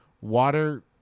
water